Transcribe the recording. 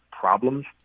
problems